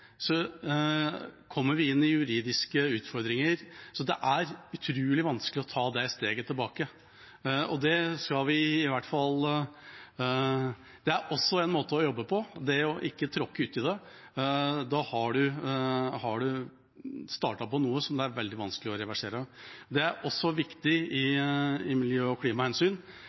kommer en inn i juridiske utfordringer – det er utrolig vanskelig å ta det steget tilbake. Det er også en måte å jobbe på, det ikke å tråkke ut i det. Da har man startet på noe som det er veldig vanskelig å reversere. Det er også viktig når det gjelder miljø- og klimahensyn,